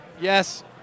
Yes